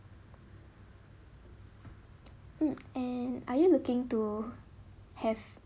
mm and are you looking to have